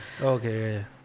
okay